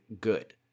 good